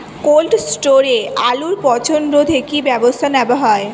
Cold স্টোরে আলুর পচন রোধে কি ব্যবস্থা নেওয়া হয়?